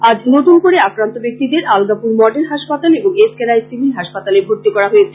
আজ নতুন করে আক্রান্ত ব্যাক্তিদের আলগাপুর মডেল হাসপাতাল এবং এস কে রায় সিভিল হাসপাতালে ভর্তি করা হয়েছে